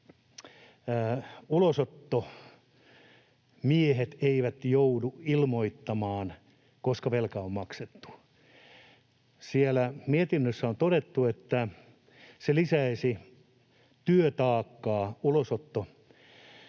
että ulosottomiehet eivät joudu ilmoittamaan, koska velka on maksettu. Siellä mietinnössä on todettu, että se lisäisi työtaakkaa ulosottotoiminnoissa